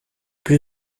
plus